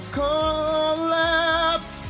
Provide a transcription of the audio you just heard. collapse